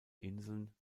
inseln